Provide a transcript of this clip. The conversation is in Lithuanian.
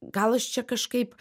gal aš čia kažkaip